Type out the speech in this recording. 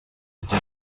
ajya